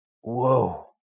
Whoa